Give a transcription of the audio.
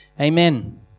Amen